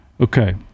okay